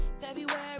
February